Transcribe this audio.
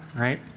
right